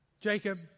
Jacob